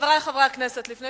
חברי חברי הכנסת, לפני